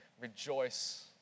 rejoice